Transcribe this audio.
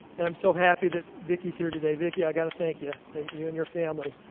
and i'm so happy that vicky's here today. vicky i got to thank you, and you and your family,